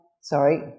sorry